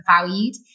valued